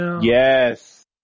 yes